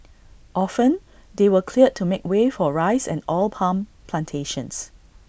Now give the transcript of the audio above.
often they were cleared to make way for rice and oil palm Plantations